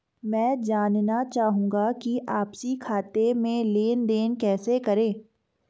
मैं जानना चाहूँगा कि आपसी खाते में लेनदेन कैसे करें?